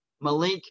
Malik